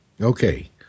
Okay